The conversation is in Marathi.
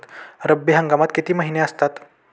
रब्बी हंगामात किती महिने असतात?